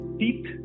teeth